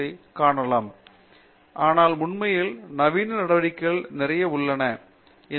பேராசிரியர் பிரதாப் ஹரிதாஸ் ஆனால் உண்மையில் நவீன நடவடிக்கைகள் நிறைய உள்ளன பேராசிரியர் பி